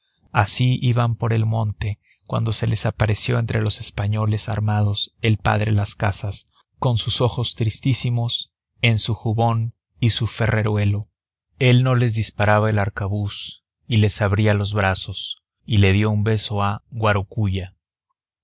así iban por el monte cuando se les apareció entre los españoles armados el padre las casas con sus ojos tristísimos en su jubón y su ferreruelo el no les disparaba el arcabuz él les abría los brazos y le dio un beso a guarocuya